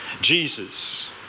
Jesus